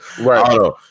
right